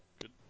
good